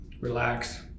Relax